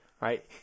right